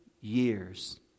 years